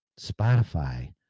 Spotify